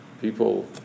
people